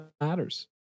matters